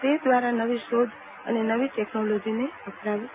તે દ્વારા નવી શોધ અને નવી ટેકનોલોજીને અપનાવી શકીશું